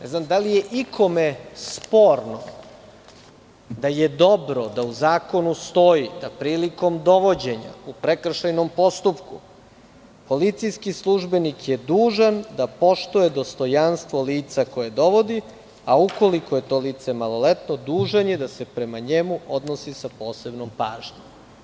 Ne znam da li je ikome sporno da je dobro da u Zakonu stoji da prilikom dovođenja u prekršajnom postupku policijski službenik je dužan da poštuje dostojanstvo lica koje dovodi, a ukoliko je to lice maloletno dužan je da se prema njemu odnosi sa posebnom pažnjom?